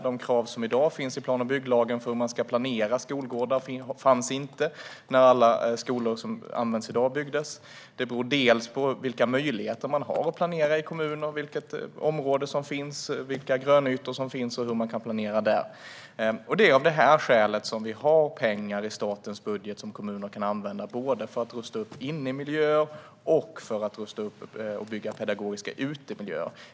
De krav som i dag finns i plan och bygglagen för hur man ska planera skolgårdar fanns inte när alla skolor som används i dag byggdes. Det beror också på vilka möjligheter man har att planera i kommuner, vilket område som finns, vilka grönytor som finns och hur man kan planera där. Det är av det skälet som vi har pengar i statens budget som kommuner kan använda både för att rusta upp innemiljöer och för att rusta upp och bygga pedagogiska utemiljöer.